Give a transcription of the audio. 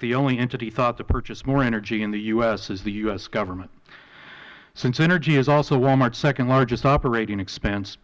the only entity thought to purchase more energy in the u s is the u s government since energy is also wal mart's second largest operating expense